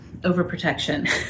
overprotection